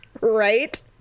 right